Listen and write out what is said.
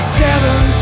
seven